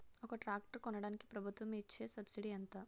ఒక ట్రాక్టర్ కొనడానికి ప్రభుత్వం ఇచే సబ్సిడీ ఎంత?